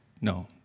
no